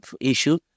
issue